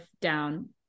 down